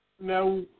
Now